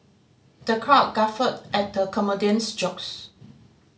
the crowd guffawed at the comedian's jokes